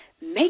Make